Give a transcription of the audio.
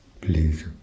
please